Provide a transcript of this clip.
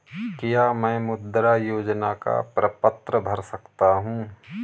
क्या मैं मुद्रा योजना का प्रपत्र भर सकता हूँ?